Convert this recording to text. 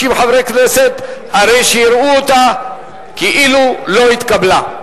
חברי כנסת הרי שיראו אותה כאילו לא התקבלה.